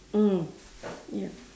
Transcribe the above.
mm ya